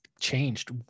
changed